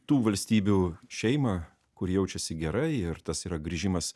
tų valstybių šeimą kuri jaučiasi gerai ir tas yra grįžimas